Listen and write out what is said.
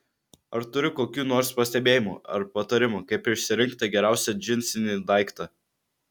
ar turi kokių nors pastebėjimų ar patarimų kaip išsirinkti geriausią džinsinį daiktą